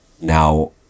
now